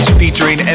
featuring